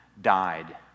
died